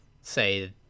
say